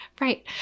Right